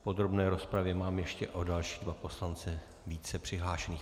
V podrobné rozpravě mám ještě o další dva poslance více přihlášených.